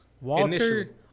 Walter